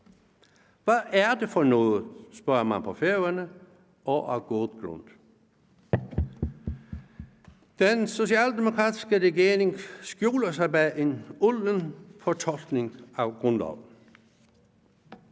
Hvad er det for noget? spørger man på Færøerne, og med god grund. Den socialdemokratiske regering skjuler sig bag en ulden fortolkning af grundloven.